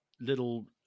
little